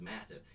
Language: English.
massive